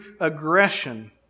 aggression